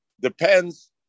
depends